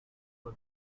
bud